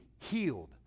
healed